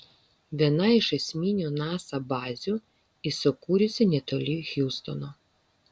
viena iš esminių nasa bazių įsikūrusi netoli hjustono